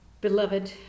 Beloved